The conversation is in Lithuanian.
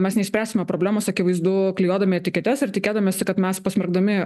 mes neišspręsime problemos akivaizdu klijuodami etiketes ir tikėdamiesi kad mes pasmerkdami